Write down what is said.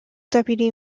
deputy